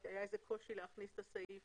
היה קושי להכניס את הסעיף